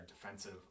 defensive